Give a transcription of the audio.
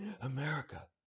America